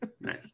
Nice